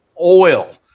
oil